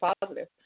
positive